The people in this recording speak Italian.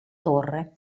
torre